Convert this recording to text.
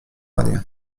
anię